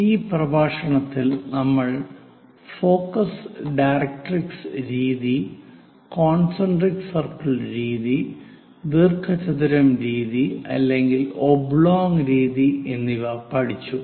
ഈ പ്രഭാഷണത്തിൽ നമ്മൾ ഫോക്കസ് ഡയറക്ട്രിക്സ് focus - directrix രീതി കോൺസെൻട്രിക് സർക്കിൾ രീതി ദീർഘചതുരം രീതി അല്ലെങ്കിൽ ഒബ്ലോങ് രീതി എന്നിവ പഠിച്ചു